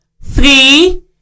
three